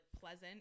pleasant